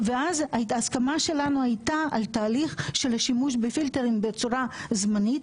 ואז ההסכמה שלנו הייתה על תהליך של שימוש בפילטרים בצורה זמנית,